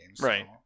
Right